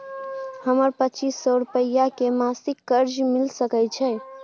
हमरा पच्चीस सौ रुपिया के मासिक कर्जा मिल सकै छै?